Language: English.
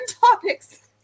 topics